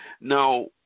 Now